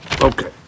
Okay